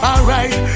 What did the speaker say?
Alright